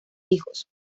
hijos